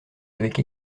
avec